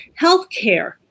Healthcare